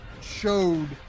showed